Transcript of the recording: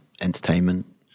entertainment